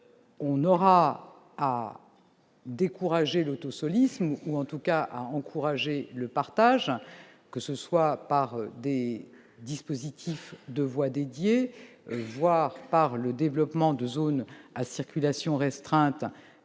il faudra décourager l'« autosolisme » ou, en tout cas, encourager le partage, que ce soit par la création de voies dédiées ou par le développement de zones à circulation restreinte,